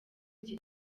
iki